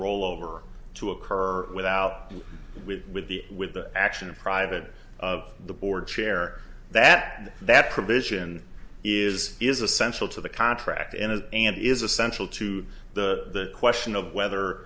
rollover to occur without and with with the with the action of private of the board chair that that provision is is essential to the contract and is and is essential to the question of whether